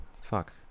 Fuck